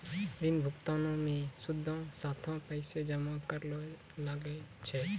ऋण भुगतानो मे सूदो साथे पैसो जमा करै ल लागै छै